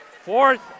fourth